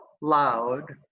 loud